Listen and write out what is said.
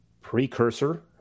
precursor